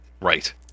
Right